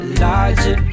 larger